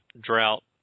drought